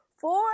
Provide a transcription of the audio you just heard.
Four